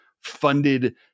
funded